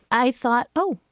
i thought, oh,